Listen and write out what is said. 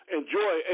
enjoy